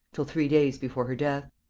till three days before her death.